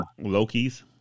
Loki's